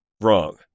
Wrong